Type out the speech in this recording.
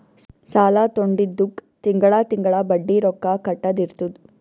ಸಾಲಾ ತೊಂಡಿದ್ದುಕ್ ತಿಂಗಳಾ ತಿಂಗಳಾ ಬಡ್ಡಿ ರೊಕ್ಕಾ ಕಟ್ಟದ್ ಇರ್ತುದ್